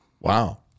Wow